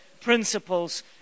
principles